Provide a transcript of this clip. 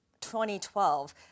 2012